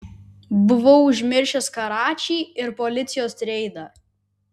buvau užmiršęs karačį ir policijos reidą